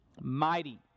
mighty